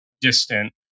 distant